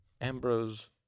Ambrose